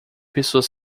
pessoas